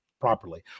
properly